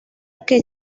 que